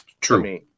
True